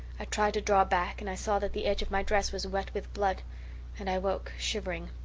i tried to draw back and i saw that the edge of my dress was wet with blood and i woke shivering.